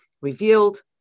revealed